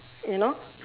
you know